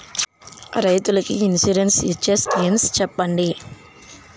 రైతులు కి ఇన్సురెన్స్ ఇచ్చే స్కీమ్స్ చెప్పండి?